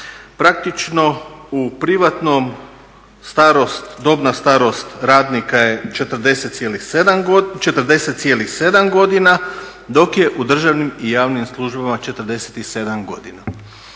Praktično u privatnom dobna starost radnika je 40,7 godina, dok je u državnim i javnim službama 47 godina.